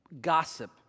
gossip